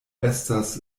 estas